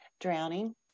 drowning